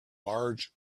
large